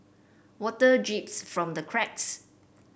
water drips from the cracks